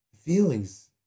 Feelings